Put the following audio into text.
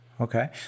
okay